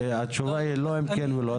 התשובה היא לא כן ולא לא,